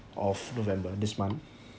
of november this month